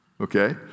Okay